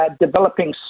developing